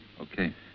Okay